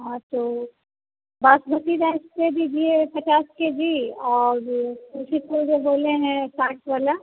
हाँ तो बासमती राइस दे दीजिए पचास के जी और तुलसी फूल जो बोले हैं साठ वाला